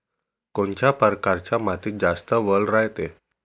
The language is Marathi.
कोनच्या परकारच्या मातीत जास्त वल रायते?